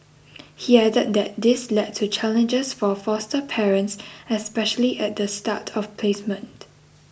he added that this led to challenges for foster parents especially at the start of placement